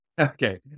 Okay